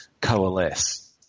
coalesce